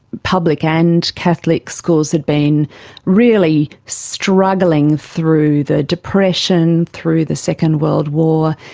public and catholic schools had been really struggling through the depression, through the second world war,